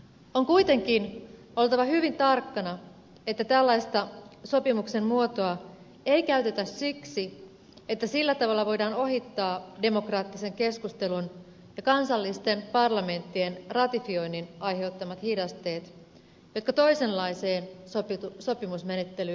on kuitenkin oltava hyvin tarkkana että tällaista sopimuksen muotoa ei käytetä siksi että sillä tavalla voidaan ohittaa demokraattisen keskustelun ja kansallisten parlamenttien ratifioinnin aiheuttamat hidasteet jotka toisenlaiseen sopimusmenettelyyn liittyvät